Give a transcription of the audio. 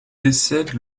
décède